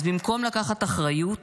אז במקום לקחת אחריות,